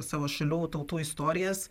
savo šalių tautų istorijas